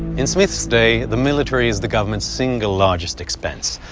in smith's day, the military is the government's single largest expense.